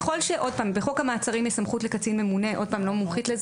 ככל שבחוק המעצרים יש סמכות לקצין ממונה לקבוע